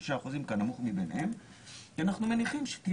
שוב, אנחנו אמרנו שאנחנו לא נכנסים לזה,